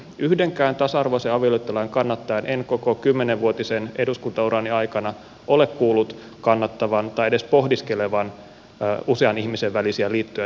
yhdenkään tasa arvoisen avioliittolain kannattajan en koko kymmenenvuotisen eduskuntaurani aikani ole kuullut kannattavan tai edes pohdiskelevan usean ihmisen välisiä liittoja tässä salissa